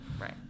Right